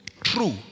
true